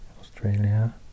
Australia